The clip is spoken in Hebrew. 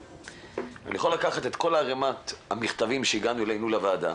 אני יכול לקחת את כל ערימת המכתבים שהגיעו לוועדה